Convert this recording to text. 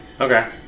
Okay